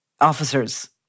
officers